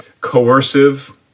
coercive